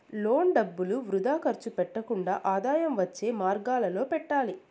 loan డబ్బులు వృథా ఖర్చు పెట్టకుండా ఆదాయం వచ్చే మార్గాలలో పెట్టాలి